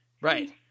Right